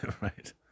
Right